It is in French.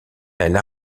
elle